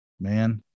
Man